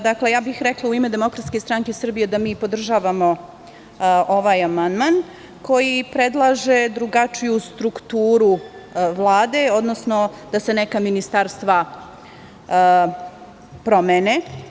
Dakle, ja bih rekla u ime DSS da mi podržavamo ovaj amandman koji predlaže drugačiju strukturu Vlade, odnosno da se neka ministarstva promene.